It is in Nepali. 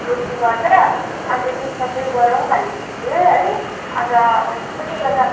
रुचि गर्छ अन्त त्यसमा चाहिँ गराउँ भनेको थिएँ है अन्त त्यसले गर्दा